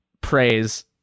praise